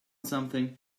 something